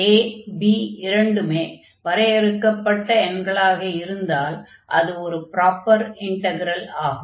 a b இரண்டுமே வரையறுக்கப்பட்ட எண்களாக இருந்தால் அது ஒரு ப்ராப்பர் இன்டக்ரல் ஆகும்